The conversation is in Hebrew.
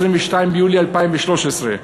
22 ביולי 2013,